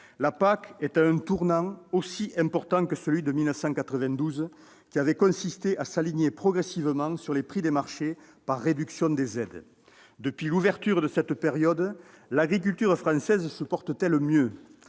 La PAC est à un tournant aussi important que celui de 1992, qui avait consisté à s'aligner progressivement sur les prix des marchés par réduction des aides. Depuis l'ouverture de cette période, l'agriculture française se porte-t-elle mieux ?